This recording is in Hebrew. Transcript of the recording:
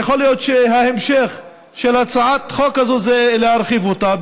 יכול להיות שההמשך של הצעת החוק הזאת יהיה להרחיב אותה.